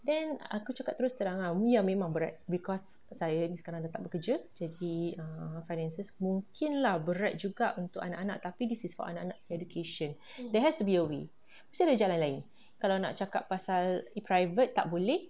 then aku cakap terus terang ni memang berat because saya ni sekarang tak bekerja jadi ah finances okay lah berat juga untuk anak-anak tapi this is for anak-anak education there has to be a way mesti ada jalan lain kalau nak cakap pasal private tak boleh